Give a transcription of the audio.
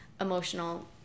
emotional